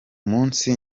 munsi